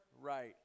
right